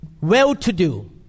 well-to-do